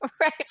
right